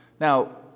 Now